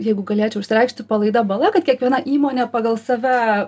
jeigu galėčiau išsireikšti palaida bala kad kiekviena įmonė pagal save